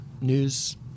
news